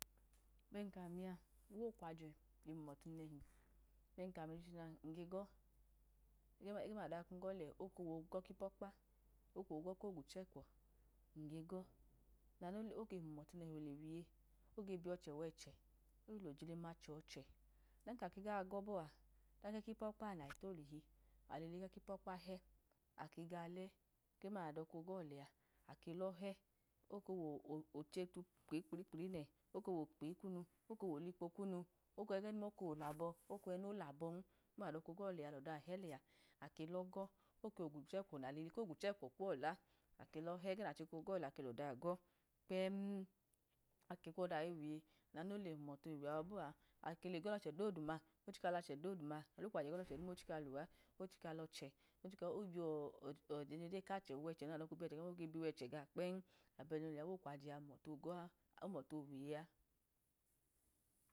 Bẹn kamiya uwe okwaye ge humọtu nẹchi bẹn kẹnu binya nge gọ, ẹgẹ nadọka kun go lẹ oko wogọ kipu ọkpa, oko wagọ kogwuchẹkwọ, ngegọ, oke humọtu nẹhi de wige oge biyochẹ wẹchẹ oyi leyilima chọnechẹ oden ka ke ga gọ bọa ọdan ko wẹ kipu cupa nẹ ale tolele alolo kẹ kpu okpa lẹ ake ga dẹ ẹgẹ uma nayi dọka gọ lẹ oke lọ hẹ, oko wochete kplikpli nẹ oko bokpi kuma oko wolikpo kunu, oko nẹgẹ duma oko wolebọ oko wẹnolebọn ẹgẹ duma ke gọlana họlẹa, eke mgwechẹkwọ nẹ akki kogwu chẹkwọ kuwọ la, ake lo lẹ ẹgẹ nachka go̱ lẹa ake lo̱dyọ gọ kpem saliva ake kwodaiyọ iwiye oda naya nde dwmtu ole wiye yẹbọa, akele gọ lọchẹ doduma, ochuka lọchẹ dodu ma, aliwe okwayẹ gọ lọchẹ doduma ochika luwa, ochika lọchẹ, oye o ẹyẹjodeyi kachẹ wẹchẹ, oda nadọka loiwẹche oge lawẹchẹ gaọ kpẹm, oda nga nuwe okwaye humọtu ogọ noke lumọhe olviye a.